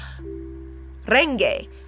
Renge